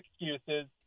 excuses